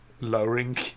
lowering